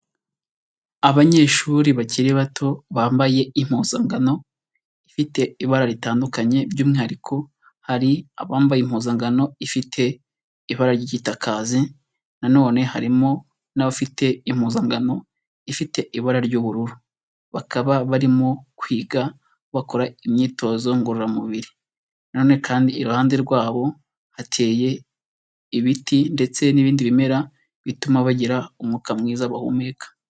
Abanyeshuri bakiri bato, bambaye impuzangano, ifite ibara ritandukanye, by'umwihariko hari abambaye impuzangano ifite ibara ry'igitakazi, na none harimo n'abafite impozangano ifite ibara ry'ubururu. Bakaba barimo kwiga bakora imyitozo ngororamubiri. Na none kandi iruhande rwabo hateye ibiti ndetse n'ibindi bimera, bituma bagira umwuka mwiza bahumeka.